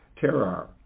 terror